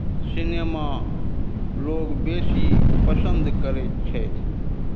cinema लोक बेसी पसन्द करैत छथि